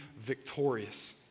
victorious